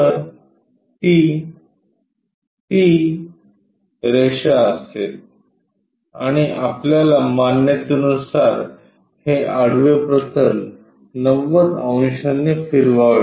तर ती ती रेषा असेल आणि आपल्या मान्यतेनुसार हे आडवे प्रतल 90 अंशांनी फिरवावे